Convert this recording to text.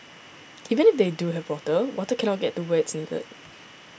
even if they do have water water cannot get to where it's needed